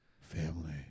family